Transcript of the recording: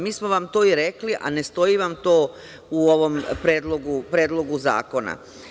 Mi smo vam to i rekli, a ne stoji vam to u ovom Predlogu zakona.